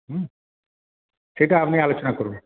হুম সেটা আমি আলোচনা করবো